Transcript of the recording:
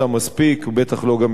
בטח גם לא יהדות ארצות-הברית.